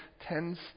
tends